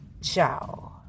Ciao